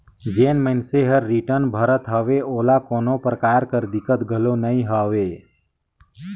जेन मइनसे हर रिटर्न भरत हवे ओला कोनो परकार दिक्कत घलो नइ होवे